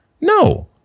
No